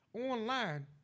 online